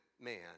man